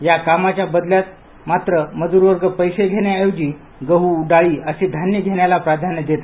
या कामाच्या बदल्यात हा मज्रवर्ग पैसे घेण्या ऐवजी गह डाळी असे धान्य घेण्याला प्राधान्य देत आहेत